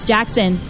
Jackson